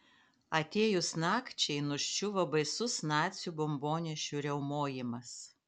atėjus nakčiai nuščiuvo baisus nacių bombonešių riaumojimas